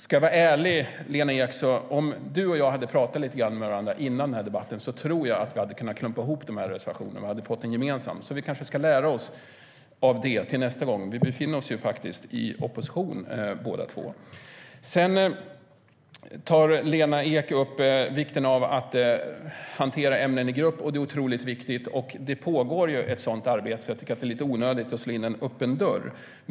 Ska jag vara ärlig, Lena Ek, tror jag att om du och jag hade pratat med varandra före den här debatten hade vi nog kunnat klumpa ihop reservationerna till en gemensam. Vi ska kanske lära oss av det till nästa gång. Vi befinner oss ju i opposition båda två. Sedan tar Lena Ek upp vikten av att hantera ämnen i grupp. Det är otroligt viktigt, och det pågår ju ett sådant arbete. Så det är kanske lite onödigt att slå in en öppen dörr.